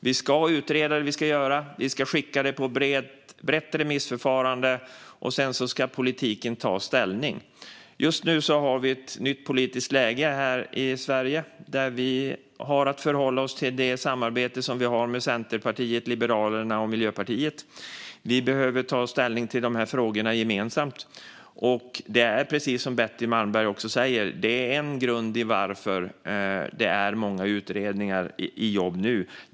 Vi ska utreda det som vi ska göra, vi ska ha ett brett remissförfarande och sedan ska politiken ta ställning. Just nu har vi ett nytt politiskt läge här i Sverige där vi har att förhålla oss till det samarbete som vi har med Centerpartiet, Liberalerna och Miljöpartiet. Vi behöver ta ställning till de här frågorna gemensamt. Och det är, precis som Betty Malmberg säger, en grund till att det är många utredningar igång nu.